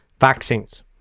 vaccines